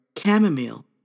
chamomile